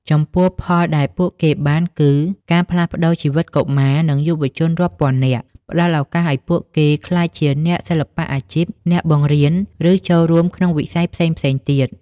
ចំពោះផលដែលពួកគេបានគឺ ការផ្លាស់ប្តូរជីវិតកុមារ និងយុវជនរាប់ពាន់នាក់ ផ្តល់ឱកាសឱ្យពួកគេក្លាយជាអ្នកសិល្បៈអាជីព អ្នកបង្រៀន ឬចូលរួមក្នុងវិស័យផ្សេងៗទៀត ។